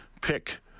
pick